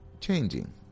changing